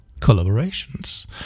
Collaborations